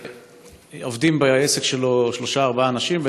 שעובדים בעסק שלו שלושה-ארבעה אנשים,